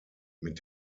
mit